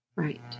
Right